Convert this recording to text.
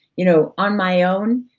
you know on my own,